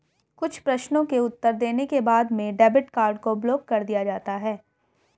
कुछ प्रश्नों के उत्तर देने के बाद में डेबिट कार्ड को ब्लाक कर दिया जाता है